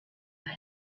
know